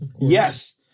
Yes